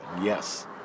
Yes